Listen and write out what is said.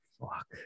fuck